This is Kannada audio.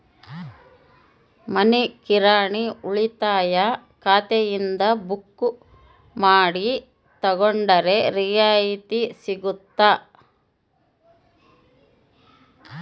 ಮನಿ ಕಿರಾಣಿ ಉಳಿತಾಯ ಖಾತೆಯಿಂದ ಬುಕ್ಕು ಮಾಡಿ ತಗೊಂಡರೆ ರಿಯಾಯಿತಿ ಸಿಗುತ್ತಾ?